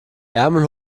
ärmel